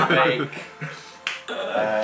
make